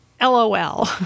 lol